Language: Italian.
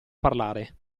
parlare